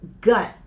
gut